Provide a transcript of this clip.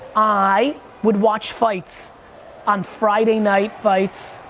i would watch fights on friday night fights,